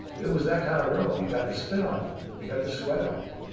it was that kind of room. you've got the spit on you. you got the sweat on you.